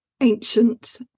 ancient